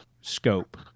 scope